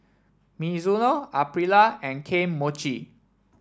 Mizuno Aprilia and Kane Mochi